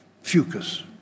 fucus